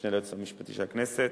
המשנה ליועץ המשפטי של הכנסת,